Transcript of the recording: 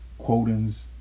quotings